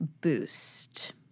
boost